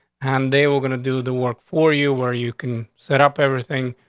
and they were gonna do the work for you where you can set up everything.